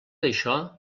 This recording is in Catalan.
això